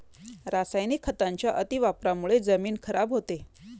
रासायनिक खतांच्या अतिवापरामुळे जमीन खराब होते